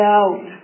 out